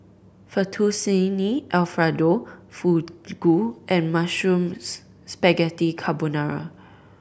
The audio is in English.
Fettuccine Alfredo Fugu and Mushroom Spaghetti Carbonara